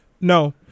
no